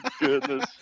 goodness